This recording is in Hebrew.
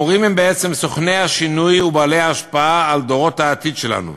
המורים הם בעצם סוכני השינוי ובעלי ההשפעה על דורות העתיד שלנו.